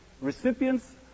recipients